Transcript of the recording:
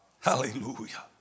Hallelujah